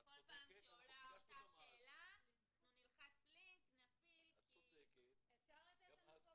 אם זה מחובר למחשב של המעון ויש בעיה של -- -זה מה שיכול להטריד אותם,